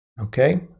okay